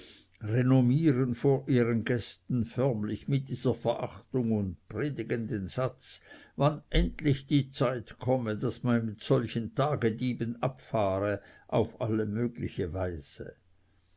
renommieren vor ihren gästen förmlich mit dieser verachtung und predigen den satz wann endlich die zeit komme daß man mit solchen tagdieben abfahre auf alle mögliche weise